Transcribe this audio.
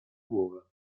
głowę